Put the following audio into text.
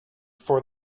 for